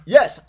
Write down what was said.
Yes